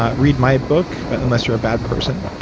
ah read my book unless you're a bad person.